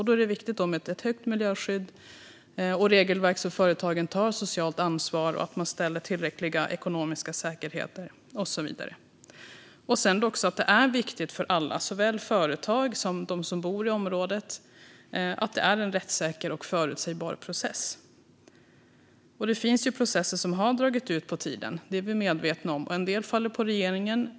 Då är det viktigt med ett högt miljöskydd och regelverk så att företagen tar socialt ansvar, att man ställer tillräcklig ekonomisk säkerhet och så vidare. Det är viktigt för alla, såväl för företag som för dem som bor i området, att det är en rättssäker och förutsägbar process. Det finns processer som har dragit ut på tiden. Det är vi medvetna om. En del faller på regeringen.